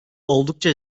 oldukça